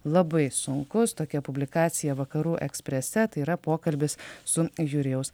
labai sunkus tokia publikacija vakarų eksprese tai yra pokalbis su jurijaus